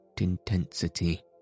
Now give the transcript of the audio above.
intensity